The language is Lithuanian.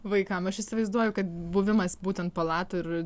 vaikam aš įsivaizduoju kad buvimas būtent palatoj ir